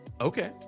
Okay